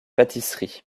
pâtisseries